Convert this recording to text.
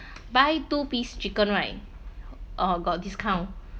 buy two piece chicken right uh got discount